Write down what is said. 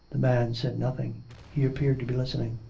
the man said nothing he appeared to be listening.